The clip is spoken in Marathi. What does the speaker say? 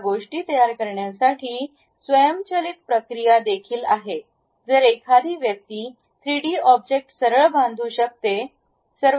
या गोष्टी तयार करण्यासाठी स्वयंचलित प्रक्रिया देखील आहे जर एखादी व्यक्ती 3 डी ऑब्जेक्ट सरळ बांधू शकते